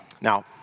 Now